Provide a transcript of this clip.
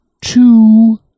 two